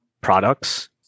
products